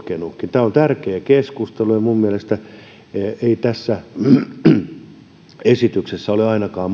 tämä on tärkeä keskustelu ja minun mielestäni ei tässä esityksessä ole